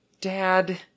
Dad